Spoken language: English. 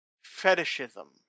fetishism